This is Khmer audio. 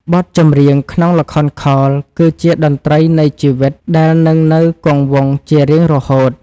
បទចម្រៀងក្នុងល្ខោនខោលគឺជាតន្ត្រីនៃជីវិត ដែលនឹងនៅគង់វង្សជារៀងរហូត។